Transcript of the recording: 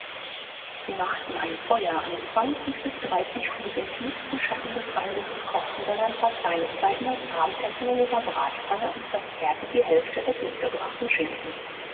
sie machten ein feuer an zwanzig bis dreißig fuß im tiefsten schatten des waldes und kochten dann ein paar kleinigkeiten als abendessen in ihrer bratpfanne und verzehrten die hälfte des mitgebrachten schinkens